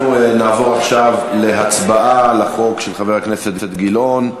אנחנו נעבור עכשיו להצבעה על החוק של חבר הכנסת גילאון.